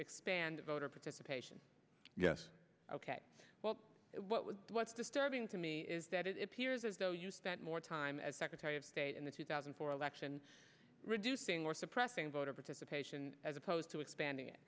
expand voter participation yes ok well what would what's disturbing to me is that it appears as though you spent more time as secretary of state in the two thousand and four election reducing or suppressing voter participation as opposed to expanding